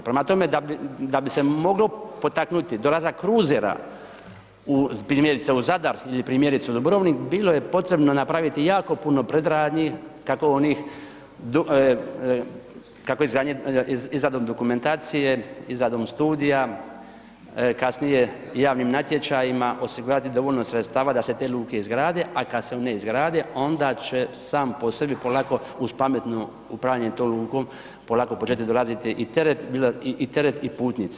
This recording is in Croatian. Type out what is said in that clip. Prema tome, da bi se moglo potaknuti dolazak kruzera u primjerice u Zadar ili primjerice u Dubrovnik, bilo je potrebno napraviti jako puno predradnji, kako onih kako izrada dokumentacija, izrada studija, kasnije javnim natječajima osigurati dovoljno sredstava da se te luke izgrade, a kad se one izgrade, onda će sam po sebi polako uz pametno upravljanje tom lukom polako početi dolazit i teret i putnici.